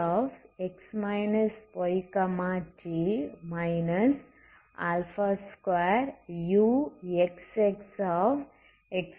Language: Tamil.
ஆகவே utx yt 2uxxx yt0